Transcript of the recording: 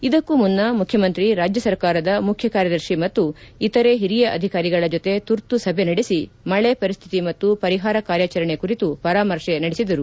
ಇದಕ್ಕೂ ಮುನ್ನ ಮುಖ್ಯಮಂತ್ರಿ ರಾಜ್ಯ ಸರ್ಕಾರದ ಮುಖ್ಯ ಕಾರ್ಯದರ್ಶಿ ಮತ್ತು ಇತರೆ ಹಿರಿಯ ಅಧಿಕಾರಿಗಳ ಜೊತೆ ತುರ್ತು ಸಭೆ ನಡೆಸಿ ಮಳೆ ಪರಿಸ್ಥಿತಿ ಮತ್ತು ಪರಿಹಾರ ಕಾರ್ಯಾಚರಣೆ ಕುರಿತು ಪರಾಮರ್ಶೆ ನಡೆಸಿದರು